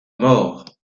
morts